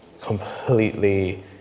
completely